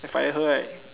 then fire her right